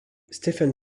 stephen